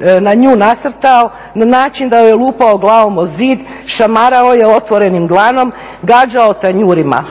fizički nasrtao, na način da joj je lupao glavom o zid, šamarao je otvorenim dlanom, gađao tanjurima.